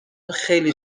خیلی